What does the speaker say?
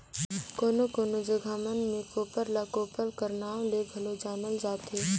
कोनो कोनो जगहा मन मे कोप्पर ल कोपर कर नाव ले घलो जानल जाथे